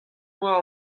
war